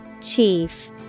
Chief